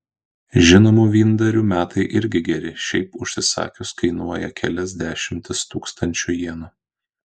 žinomų vyndarių metai irgi geri šiaip užsisakius kainuoja kelias dešimtis tūkstančių jenų